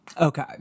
Okay